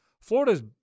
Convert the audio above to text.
Florida's